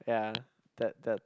ya that that